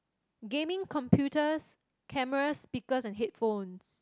gaming computers cameras speakers and headphones